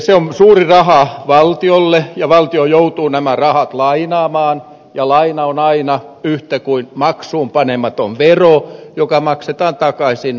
se on suuri raha valtiolle ja valtio joutuu nämä rahat lainaamaan ja laina on aina yhtä kuin maksuunpanematon vero joka maksetaan takaisin korkoineen